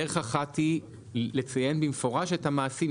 דרך אחת היא לציין במפורש את המעשים.